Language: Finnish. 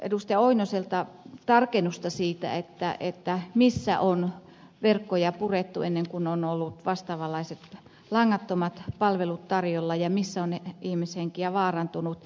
pentti oinoselta tarkennusta siitä missä on verkkoja purettu ennen kuin on ollut vastaavanlaiset langattomat palvelut tarjolla ja missä on ihmishenkiä vaarantunut